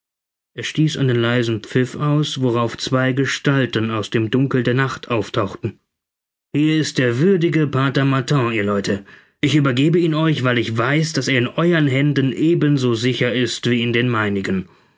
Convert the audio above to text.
er stieß einen leisen pfiff aus worauf zwei gestalten aus dem dunkel der nacht auftauchten hier ist der würdige pater martin ihr leute ich übergebe ihn euch weil ich weiß daß er in euern händen ebenso sicher ist wie in den meinigen